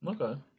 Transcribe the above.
Okay